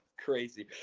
crazy,